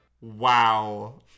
Wow